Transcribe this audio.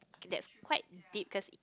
that's quite deep cause